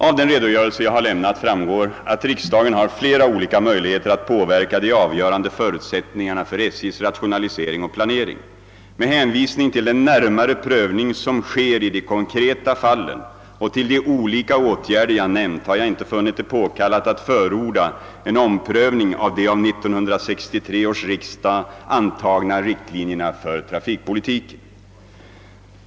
Av den redogörelse jag här lämnat framgår att riksdagen har flera olika möjligheter att påverka de avgörande förutsättningarna för SJ:s rationalisering och planering. Med hänvisning till den närmare prövning som sker i de konkreta fallen och till de olika åtgärder jag nämnt har jag inte funnit det påkallat att förorda en omprövning av de av 1963 års riksdag antagna riktlinjerna för trafikpolitiken.